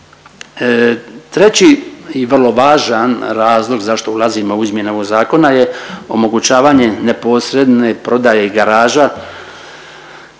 Treći i vrlo važan razlog zašto ulazimo u izmjene ovog zakona je omogućavanje neposredne prodaje garaža